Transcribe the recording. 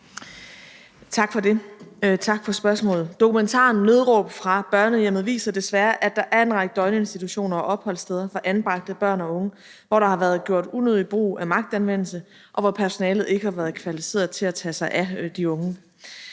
Tak for det, og tak for spørgsmålet. Dokumentaren »Nødråb fra børnehjemmet« viser desværre, at der er en række døgninstitutioner og opholdssteder for anbragte børn og unge, hvor der har været gjort unødig brug af magtanvendelse, og hvor personalet ikke har været kvalificeret til at tage sig af de unge.